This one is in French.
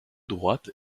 droites